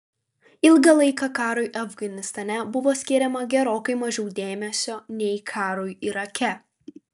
ilgą laiką karui afganistane buvo skiriama gerokai mažiau dėmesio nei karui irake